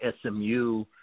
SMU